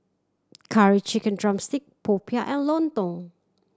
Curry Chicken drumstick popiah and lontong